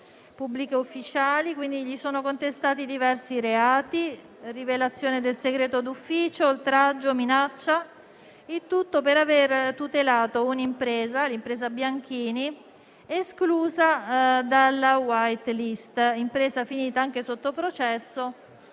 pubblici ufficiali e gli sono contestati diversi reati come la rivelazione del segreto d'ufficio, l'oltraggio e la minaccia, il tutto per tutelare l'impresa Bianchini, esclusa dalla *white list* (un'impresa finita anche sotto processo,